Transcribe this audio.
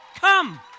Come